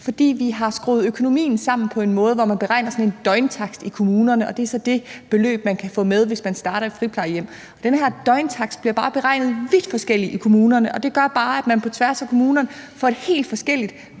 fordi vi har skruet økonomien sammen på en måde, hvor man beregner sådan en døgntakst i kommunerne og det så er det beløb, man kan få med, hvis man starter på et friplejehjem. Men den her døgntakst bliver bare beregnet vidt forskelligt i kommunerne, og det gør, at man på tværs af kommunerne får helt forskellige